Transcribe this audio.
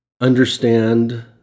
understand